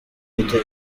iri